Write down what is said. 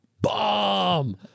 bomb